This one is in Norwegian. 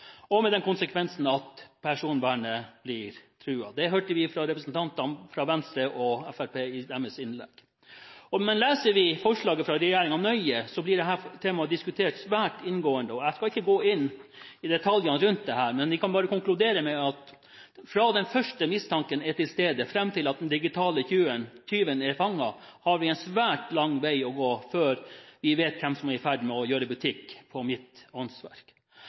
med den konsekvensen at personvernet blir truet. Det hørte vi fra representantene fra Venstre og Fremskrittspartiet i deres innlegg. Men leser vi forslaget fra regjeringen nøye, blir dette temaet diskutert svært inngående. Jeg skal ikke gå inn i detaljene rundt dette, men vi kan bare konkludere med at fra den første mistanken er til stede og fram til den digitale tyven er fanget, har vi en svært lang vei å gå før vi vet hvem som er i ferd med å gjøre butikk på mitt åndsverk.